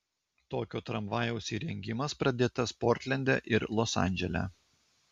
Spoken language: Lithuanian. tokio tramvajaus įrengimas pradėtas portlende ir los andžele